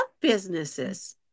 businesses